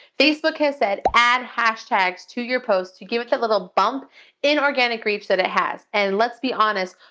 facebook has said add hashtags to your posts to give it the little bump in organic reach that it has, and let's be honest,